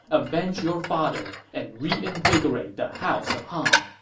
avenge your father, and reinvigorate the house of han.